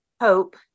hope